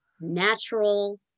natural